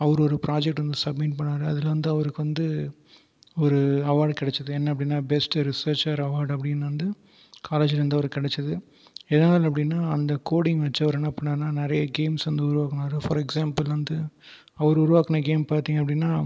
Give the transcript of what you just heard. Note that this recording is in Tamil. அவர் ஒரு ப்ராஜக்ட் ஒன்று சப்மிட் பண்ணினார் அதில் வந்து அவருக்கு வந்து ஒரு அவார்ட் கிடச்சிது என்ன அப்படின்னா பெஸ்ட் ரிசர்ச்சர் அவார்ட் அப்படின்னு வந்து காலேஜிலேருந்து அவருக்கு கிடச்சிது எதனால் அப்படின்னா அந்த கோடிங் வச்சு அவர் என்ன பண்ணினார்ன்னால் நிறைய கேம்ஸ் வந்து உருவாக்கினார் ஃபார் எக்சாம்பிள் வந்து அவர் உருவாகின கேம் பார்த்தீங்க அப்படின்னா